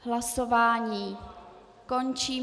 Hlasování končím.